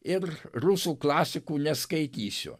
ir rusų klasikų neskaitysiu